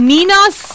Nina's